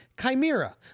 Chimera